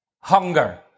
hunger